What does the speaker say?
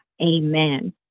Amen